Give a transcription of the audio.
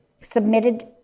submitted